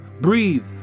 breathe